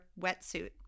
wetsuit